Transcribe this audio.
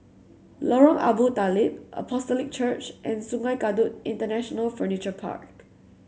Lorong Abu Talib Apostolic Church and Sungei Kadut International Furniture Park